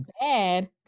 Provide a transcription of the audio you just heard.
bad